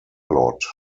lot